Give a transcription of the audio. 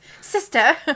Sister